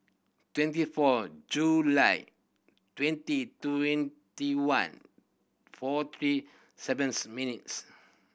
twenty four July twenty twenty one four three sevens minutes